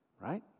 right